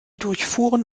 durchfuhren